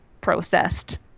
processed